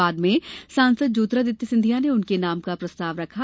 बाद में सांसद ज्योतिरादित्य ने उनके नाम का प्रस्ताव रखा